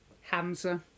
Hamza